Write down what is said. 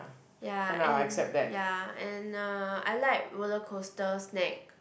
ya and ya and uh I like rollercoaster snack